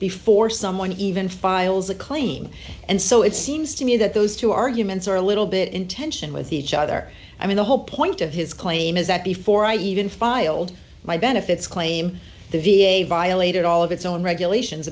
before someone even files a claim and so it seems to me that those two arguments are a little bit in tension with each other i mean the whole point of his claim is that before i even filed my benefits claim the v a violated all of its own regulations